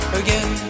again